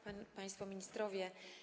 Państwo Ministrowie!